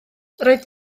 roedd